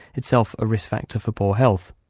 itself a risk factor for poor health.